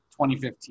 2015